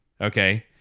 Okay